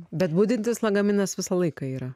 bet budintis lagaminas visą laiką yra